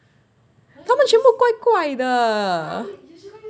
他们全部怪怪的